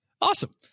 Awesome